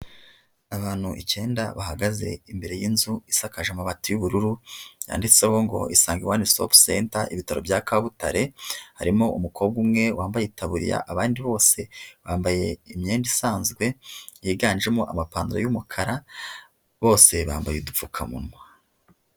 Abantu icyenda bahagaze imbere y'inzu isakaje amabati y'ubururu yanditseho ngo isanga wani sitopu senta, ibitaro bya kabutare. Harimo umukobwa umwe wambaye itaburiya abandi bose bambaye imyenda isanzwe yiganjemo amapantaro y'umukara. Bose bambaye udupfukamunwa.